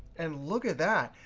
and look at that,